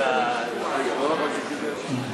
בעבר,